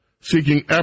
seeking